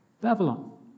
Babylon